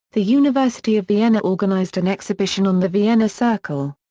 the university of vienna organized an exhibition on the vienna circle.